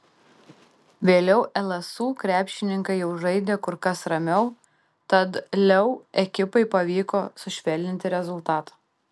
vėliau lsu krepšininkai jau žaidė kur kas ramiau tad leu ekipai pavyko sušvelninti rezultatą